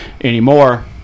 anymore